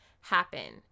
happen